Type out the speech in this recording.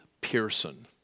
Pearson